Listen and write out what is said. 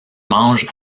mange